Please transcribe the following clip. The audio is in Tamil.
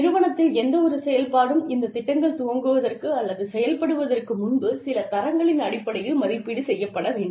நிறுவனத்தில் எந்தவொரு செயல்பாடும் இந்த திட்டங்கள் துவங்குவதற்கு அல்லது செயல்படுவதற்கு முன்பு சில தரங்களின் அடிப்படையில் மதிப்பீடு செய்யப்பட வேண்டும்